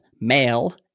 Male